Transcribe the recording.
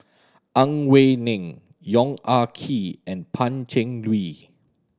Ang Wei Neng Yong Ah Kee and Pan Cheng Lui